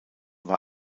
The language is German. war